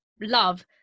love